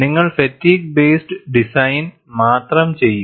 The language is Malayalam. നിങ്ങൾ ഫാറ്റിഗ്സ് ബേയിസ്ഡ് ഡിസൈൻ മാത്രം ചെയ്യും